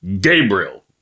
Gabriel